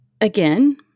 Again